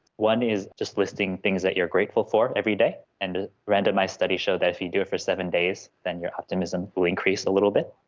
one is just listing things that you are grateful for every day, and randomised studies show that if you do it for seven days then your optimism will increase a little bit.